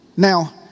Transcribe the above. Now